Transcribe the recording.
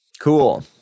Cool